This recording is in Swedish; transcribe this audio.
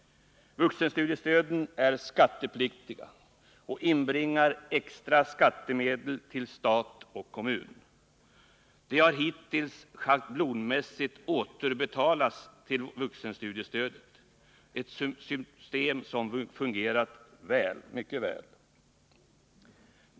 Vuxenstudiestöden är skattepliktiga och inbringar extra skattemedel till stat och kommun. De har hittills schablonmässigt återbetalats till vuxenutbildningsstödet, ett system som fungerat väl.